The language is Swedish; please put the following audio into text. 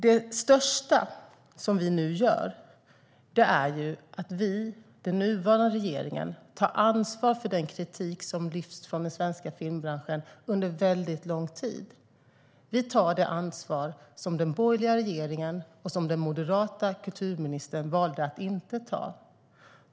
Det största som vi nu gör är att vi, den nuvarande regeringen, tar ansvar för den kritik som lyfts fram av den svenska filmbranschen under väldigt lång tid. Vi tar det ansvar som den borgerliga regeringen och den moderata kulturministern valde att inte ta.